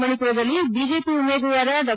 ಮಣಿಪುರದಲ್ಲಿ ಬಿಜೆಪಿ ಉಮೇದುವಾರ ಡಾ